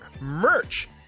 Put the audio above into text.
merch